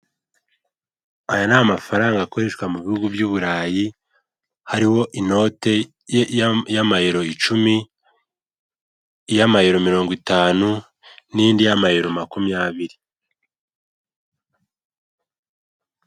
Aya n'amafaranga akoreshwa mu bihugu by'i Burayi, hariho inote y'amayero icumi, iy'amayero mirongo itanu, n'indi y'amayero makumyabiri.